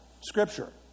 Scripture